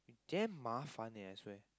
damn 麻烦:mafan leh I swear